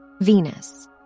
Venus